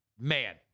man